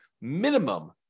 minimum